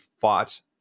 fought